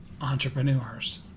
entrepreneurs